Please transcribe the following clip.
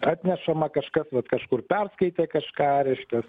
atnešama kažkas kažkur perskaitė kažką reiškias